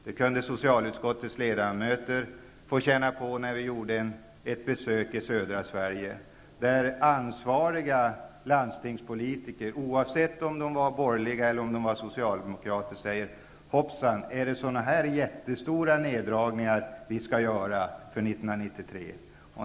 Det kunde socialutskottets ledamöter få känna på när vi gjorde ett besök i södra Sverige, där ansvariga landstingspolitiker, oavsett om de var borgerliga eller om de var socialdemokrater, sade: Hoppsan! Är det sådana här jättestora neddragningar vi skall göra för 1993?